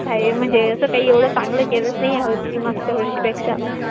काय म्हणजे असं काही एवढं चांगलं केलंच नाही ह्या वर्षी मागच्या वर्षीपेक्षा